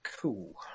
Cool